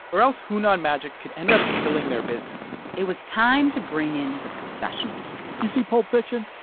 or else hunan magic could end up killing their business it was time to bring in the professionals you see pulp fiction?